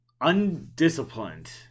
undisciplined